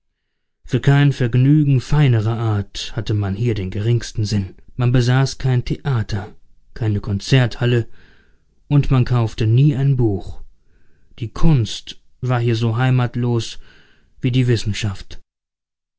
für kein vergnügen feinerer art hatte man hier den geringsten sinn man besaß kein theater keine konzerthalle und man kaufte nie ein buch die kunst war hier so heimatlos wie die wissenschaft